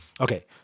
Okay